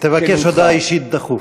תבקש הודעה אישית דחוף.